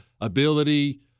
ability